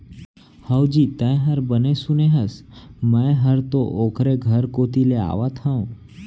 हवजी, तैंहर बने सुने हस, मैं हर तो ओकरे घर कोती ले आवत हँव